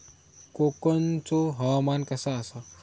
कोकनचो हवामान कसा आसा?